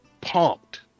pumped